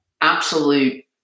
absolute